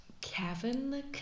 Kevin